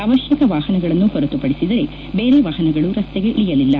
ಅವಶ್ಯಕ ವಾಹನಗಳನ್ನು ಹೊರತುಪದಿಸಿದರೆ ಬೇರೆ ವಾಹನಗಳು ರಸ್ತೆಗೆ ಇಳಿಯಲಿಲ್ಲ